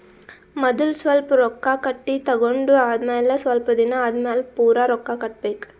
ಮದಲ್ ಸ್ವಲ್ಪ್ ರೊಕ್ಕಾ ಕಟ್ಟಿ ತಗೊಂಡ್ ಆಮ್ಯಾಲ ಸ್ವಲ್ಪ್ ದಿನಾ ಆದಮ್ಯಾಲ್ ಪೂರಾ ರೊಕ್ಕಾ ಕಟ್ಟಬೇಕ್